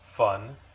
fun